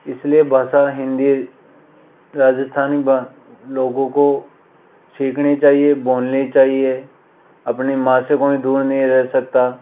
इसलिए भाषा हिंदी राजस्थानी लोगों को सीखनी चाहिए बोलनी चाहिए अपनी माँ से कोई दूर नहीं रह सकता